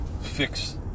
fix